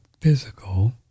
physical